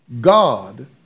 God